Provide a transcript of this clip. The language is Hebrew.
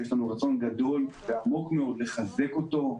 יש לנו רצון גדול ועמוק מאוד לחזק אותו.